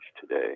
today